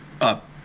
up